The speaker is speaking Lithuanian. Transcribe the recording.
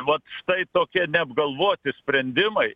vat štai tokie neapgalvoti sprendimai